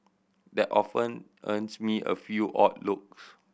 that often earns me a few odd looks